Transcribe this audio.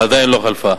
עדיין לא חלפה.